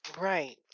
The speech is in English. right